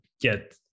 get